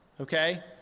Okay